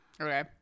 Okay